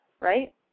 right